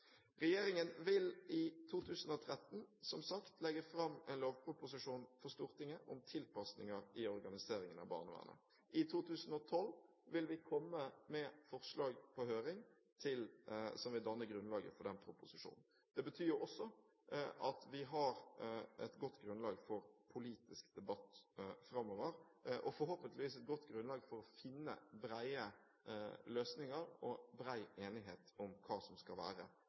Regjeringen vil i 2013 som sagt legge fram en lovproposisjon for Stortinget om tilpasninger i organiseringen av barnevernet. I 2012 vil vi sende forslag på høring, som vil danne grunnlaget for den proposisjonen. Det betyr også at vi har et godt grunnlag for politisk debatt framover og forhåpentligvis et godt grunnlag for å finne brede løsninger og bred enighet om hva som skal være